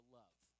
love